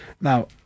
now